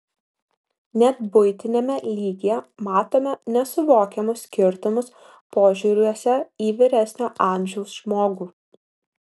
net buitiniame lygyje matome nesuvokiamus skirtumus požiūriuose į vyresnio amžiaus žmogų